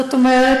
זאת אומרת,